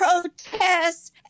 protests